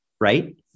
right